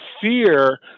fear